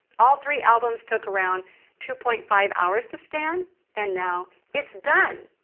all three albums took around two point five hours to scan and now it's done.